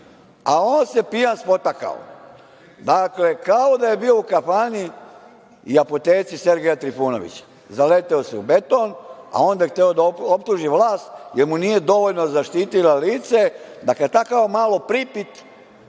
a on se pijan spotakao. Dakle, kao da je bio u kafani i apoteci Sergeja Trifunovića. Zaleteo se u beton, a onda hteo da optuži vlast, jer mu nije dovoljno zaštitila lice, da kada takav malo pripit